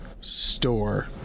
store